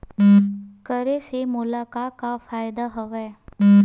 करे से मोला का का फ़ायदा हवय?